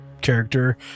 character